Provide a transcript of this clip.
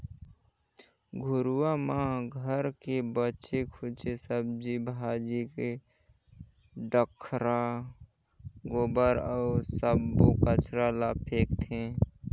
घुरूवा म घर के बाचे खुचे सब्जी भाजी के डठरा, गोबर अउ सब्बो कचरा ल फेकथें